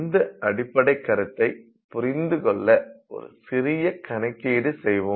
இந்த அடிப்படைக் கருத்தை புரிந்துகொள்ள ஒரு சிறிய கணக்கீடு செய்வோம்